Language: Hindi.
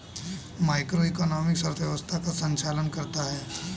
मैक्रोइकॉनॉमिक्स अर्थव्यवस्था का संचालन करता है